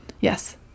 Yes